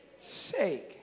sake